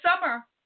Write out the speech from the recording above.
summer